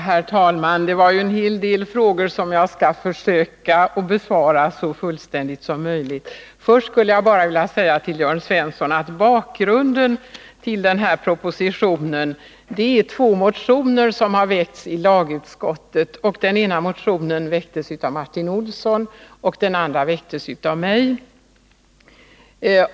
Herr talman! Jörn Svensson ställde en hel del frågor, som jag skall försöka att besvara så fullständigt som möjligt. Först skulle jag bara vilja säga att bakgrunden till propositionen är två motioner, den ena väckt av Martin Olsson och den andra av mig.